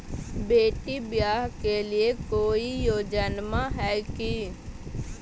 बेटी ब्याह ले कोई योजनमा हय की?